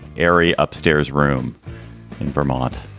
airy upstairs room in vermont,